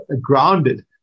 grounded